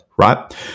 right